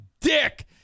dick